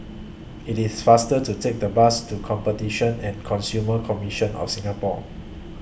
It's faster to Take The Bus to Competition and Consumer Commission of Singapore